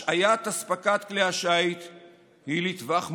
השעיית אספקת כלי השיט היא לטווח מוגבל,